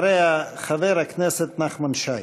אחריה, חבר הכנסת נחמן שי.